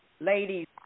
Ladies